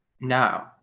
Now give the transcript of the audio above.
No